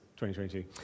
2022